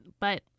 But-